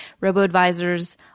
robo-advisors